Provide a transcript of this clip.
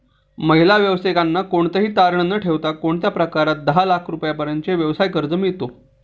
महिला व्यावसायिकांना कोणतेही तारण न ठेवता कोणत्या प्रकारात दहा लाख रुपयांपर्यंतचे व्यवसाय कर्ज मिळतो?